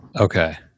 Okay